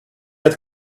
had